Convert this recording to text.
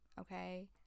okay